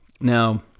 Now